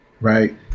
right